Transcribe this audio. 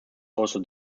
also